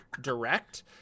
direct